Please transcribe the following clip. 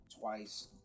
twice